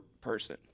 person